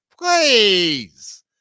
Please